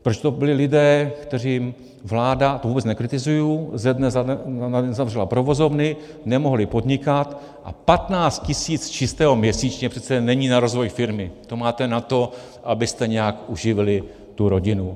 Protože to byli lidé, kterým vláda, to vůbec nekritizuji, ze dne na den zavřela provozovny, nemohli podnikat a 15 tisíc čistého měsíčně přece není na rozvoj firmy, to máte na to, abyste nějak uživili rodinu.